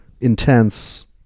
intense